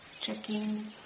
checking